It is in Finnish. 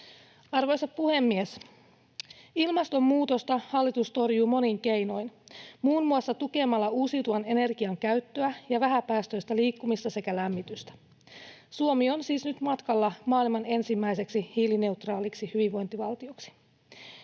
Arvoisa puhemies! Ilmastonmuutosta hallitus torjuu monin keinoin, muun muassa tukemalla uusiutuvan energian käyttöä ja vähäpäästöistä liikkumista sekä lämmitystä. Suomi on siis nyt matkalla maailman ensimmäiseksi hiilineutraaliksi hyvinvointivaltioksi.